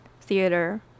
theater